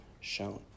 shown